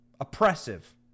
oppressive